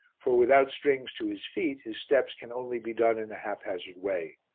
for without strings to his feet his steps can only be done in a haphazard way.